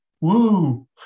Woo